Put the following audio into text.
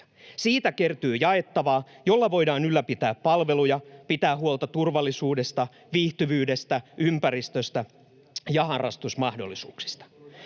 siitä kertyy jaettavaa, jolla voidaan ylläpitää palveluja, pitää huolta turvallisuudesta, viihtyvyydestä, ympäristöstä ja harrastusmahdollisuuksista.